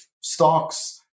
stocks